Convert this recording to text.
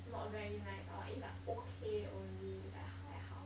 not very nice lor it's like okay only it's like 还好